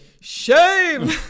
shame